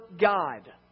God